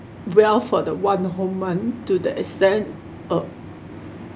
well for the one whole month to the extent uh